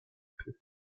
peu